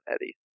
Eddie